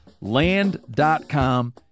Land.com